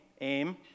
aim